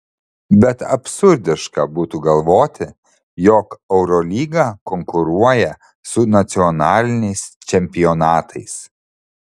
bet absurdiška būtų galvoti jog eurolyga konkuruoja su nacionaliniais čempionatais